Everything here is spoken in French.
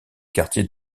quartier